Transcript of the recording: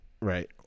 Right